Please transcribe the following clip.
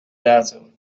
datum